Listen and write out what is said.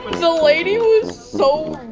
so lady was so